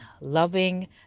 Loving